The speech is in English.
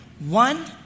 one